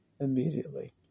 immediately